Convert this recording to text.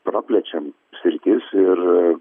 praplečiam sritis ir